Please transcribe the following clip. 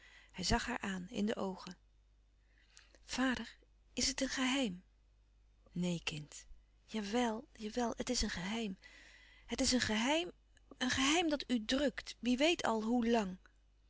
hij zag haar aan in de oogen vader is het een geheim neen kind jawel jawel het is een geheim het is een geheim een geheim dat u drukt wie weet al hoe lang